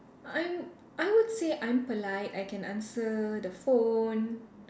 I'm I would say I'm polite I can answer the phone